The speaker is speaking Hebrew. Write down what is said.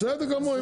בסדר גמור.